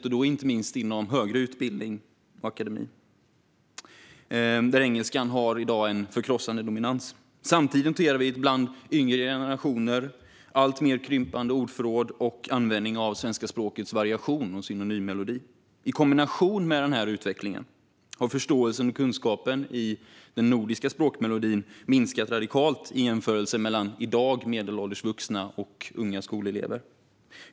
Detta gäller inte minst högre akademisk utbildning, där engelskan i dag har en förkrossande dominans. Samtidigt noterar vi bland yngre generationer ett alltmer krympande ordförråd och en krympande användning av svenska språkets variation och synonymmelodi. I kombination med denna utveckling har förståelsen för och kunskapen om den nordiska språkmelodin minskat radikalt i en jämförelse mellan i dag medelålders vuxna och unga skolelever.